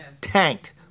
tanked